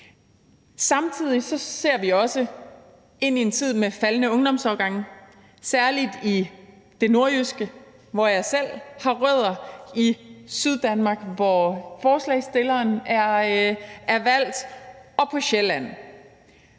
Samtidig ser vi også ind i en tid med faldende ungdomsårgange, særlig i det nordjyske, hvor jeg selv har rødder, og i Syddanmark, hvor forslagsstilleren er valgt, og på Sjælland.